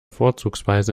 vorzugsweise